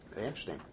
Interesting